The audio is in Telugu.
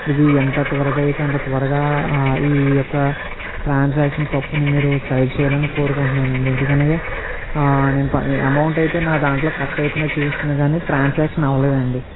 ఇది ఎంత త్వరగా అయితే అంత త్వరగా ఈ ఒక్క ట్రాన్సాక్షన్ తప్పని మీరు సరి చేయాలని కోరుకుంటున్నానండి ఎందుకంటే నేను అమౌంట్ అయితే నా దాంట్లో కట్టైపోయినట్టు చూపిస్తుంది కానీ ట్రాన్సాక్షన్ అవ్వలేదండి